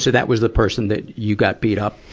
so that was the person that you got beat up?